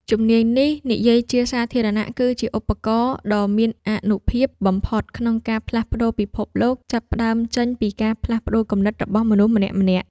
ជំនាញនិយាយជាសាធារណៈគឺជាឧបករណ៍ដ៏មានអានុភាពបំផុតក្នុងការផ្លាស់ប្តូរពិភពលោក ចាប់ផ្ដើមចេញពីការផ្លាស់ប្តូរគំនិតរបស់មនុស្សម្នាក់ៗ។